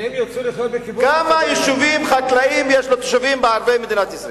כמה יישובים חקלאיים יש לתושבים האלה?